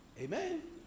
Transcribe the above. Amen